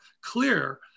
clear